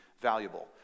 valuable